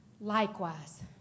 Likewise